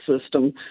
system